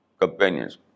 companions